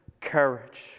courage